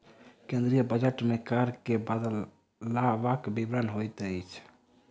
केंद्रीय बजट मे कर मे बदलवक विवरण होइत अछि